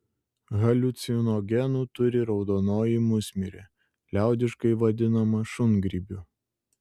haliucinogenų turi raudonoji musmirė liaudiškai vadinama šungrybiu